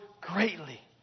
greatly